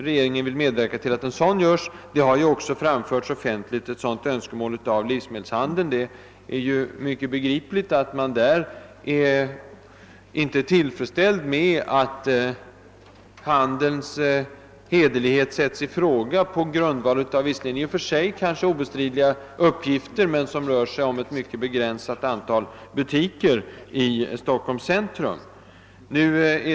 Ett sådant önskemål har även offentligt framförts av livsmedelshandeln. Det är mycket begripligt att man där inte är tillfredsställd med att handelns hederlighet sätts i fråga på grundval av i och för sig obestridliga uppgifter, som dock rör ett mycket begränsat antal butiker i Stockholms centrum.